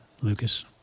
Lucas